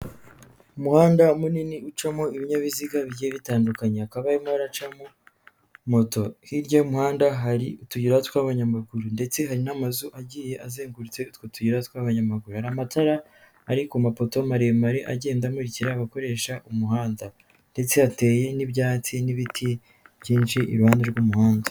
Umuhanda munini ucamo ibinyabiziga bigiye bitandukanye, hakaba harimo haracamo moto, hirya y'umuhanda hari utuyira tw'abanyamaguru ndetse hari n'amazu agiye azengurutse utwo tuyira tw'abanyamaguru, hari amatara ari ku mapoto maremare agenda amukira abakoresha umuhanda, ndetse hateye n'ibyatsi n'ibiti byinshi iruhande rw'umuhanda.